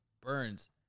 burns